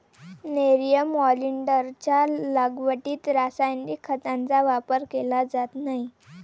nerium ऑलिंडरच्या लागवडीत रासायनिक खतांचा वापर केला जात नाही